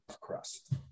crust